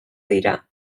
dira